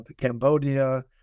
Cambodia